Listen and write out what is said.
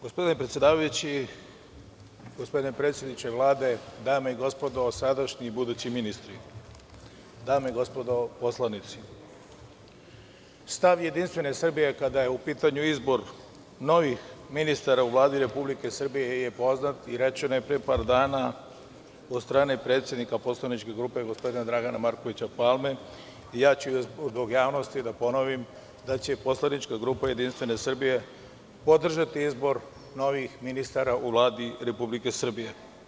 Gospodine predsedavajući, gospodine predsedniče Vlade, dame i gospodo, sadašnji i budući ministri, dame i gospodo poslanici, stav Jedinstvene Srbije kada je u pitanju izbor novih ministara u Vladi Republike Srbije je poznat i rečeno je pre par dana od strane predsednika poslaničke grupe, gospodina Dragana Markovića Palme, zbog javnosti ponoviću da će poslanička grupa Jedinstvene Srbije podržati izbor novih ministara u Vladi Republike Srbije.